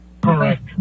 Correct